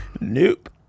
nope